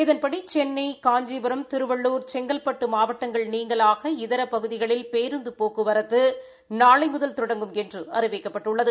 இதன்படி சென்னை காஞ்சிபுரம் திருவள்ளூர் செங்கல்பட்டு மாவட்டங்கள் நீங்கலாக இதர பகுதிகளில் பேருந்து போக்குவரத்து நாளை முதல் தொடங்கும் என்று அறிவிக்கப்பட்டுள்ளது